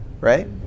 right